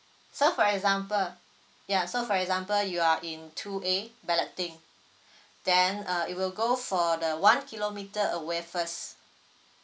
so for example yeah so for example you are in two A balloting then uh it will go for the one kilometer away first